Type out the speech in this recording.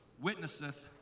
witnesseth